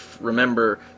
remember